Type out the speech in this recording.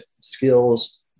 skills